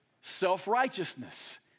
self-righteousness